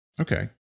Okay